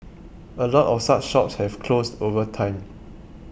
a lot of such shops have closed over time